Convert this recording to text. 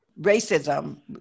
racism